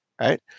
right